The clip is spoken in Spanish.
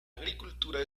agricultura